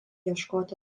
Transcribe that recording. ieškoti